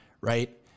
Right